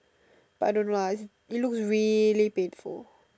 but I don't know lah it looks really painful